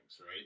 right